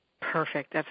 Perfect